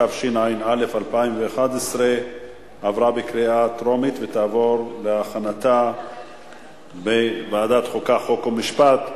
התשע"א 2011. ההצעה להעביר את הצעת חוק המפלגות (תיקון,